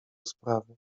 sprawy